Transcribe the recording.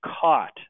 caught